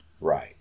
Right